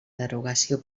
derogació